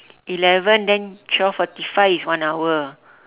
eleven then twelve forty five is one hour